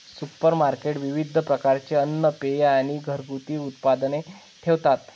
supermarket विविध प्रकारचे अन्न, पेये आणि घरगुती उत्पादने ठेवतात